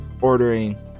ordering